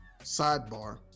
Sidebar